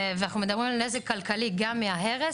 ואנחנו מדברים על נזק כלכלי גם מההרס